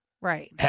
Right